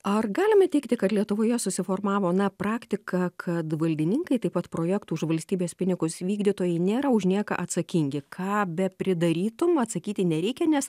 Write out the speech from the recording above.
ar galime teigti kad lietuvoje susiformavo na praktika kad valdininkai taip pat projektų už valstybės pinigus vykdytojai nėra už nieką atsakingi ką be pridarytum atsakyti nereikia nes